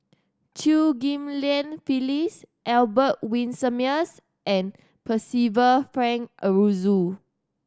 Chew Ghim Lian Phyllis Albert Winsemius and Percival Frank Aroozoo